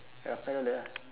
ya five dollar